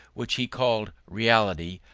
which he called reality,